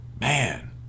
Man